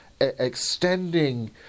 extending